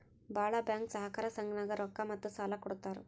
ಭಾಳ್ ಬ್ಯಾಂಕ್ ಸಹಕಾರ ಸಂಘನಾಗ್ ರೊಕ್ಕಾ ಮತ್ತ ಸಾಲಾ ಕೊಡ್ತಾರ್